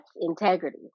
integrity